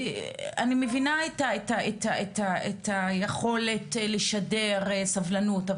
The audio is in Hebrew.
אני מבינה את היכולת לשדר סבלנות,